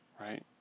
right